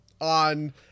on